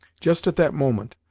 just at that moment,